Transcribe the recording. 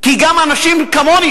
כי גם אנשים כמוני,